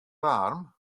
waarm